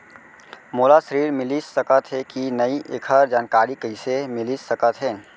मोला ऋण मिलिस सकत हे कि नई एखर जानकारी कइसे मिलिस सकत हे?